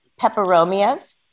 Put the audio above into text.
peperomias